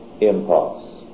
impulse